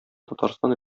татарстан